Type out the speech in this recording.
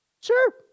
Sure